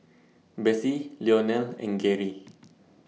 Bessie Leonel and Geri